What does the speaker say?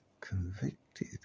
convicted